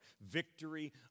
Victory